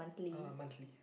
uh monthly